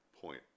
point